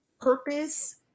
Purpose